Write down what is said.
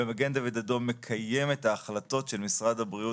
מגן דוד אדום מקיים את ההחלטות של משרד הבריאות,